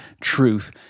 truth